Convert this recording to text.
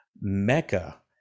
Mecca